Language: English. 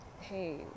hey